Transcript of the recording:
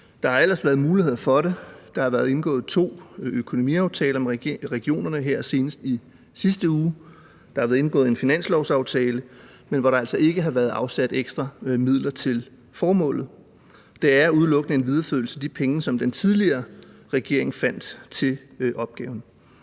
Der har ellers været muligheder for det: Der har været indgået to økonomiaftaler med regionerne her senest i sidste uge; der har været indgået en finanslovsaftale, men hvor der altså ikke har været afsat ekstra midler til formålet. Det er udelukkende en videreførelse af de penge, som den tidligere regering fandt til opgaven.